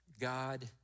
God